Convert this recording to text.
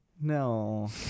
No